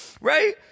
Right